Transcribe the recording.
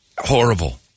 Horrible